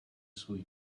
svůj